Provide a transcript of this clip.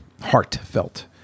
Heartfelt